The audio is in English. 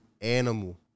animal